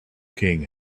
king